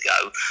ago